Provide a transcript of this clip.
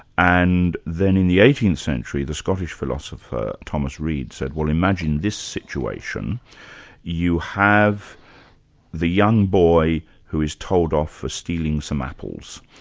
and then in the eighteenth century, the scottish philosopher thomas reid said, well, imagine this situation you have the young boy who is told off for stealing some apples.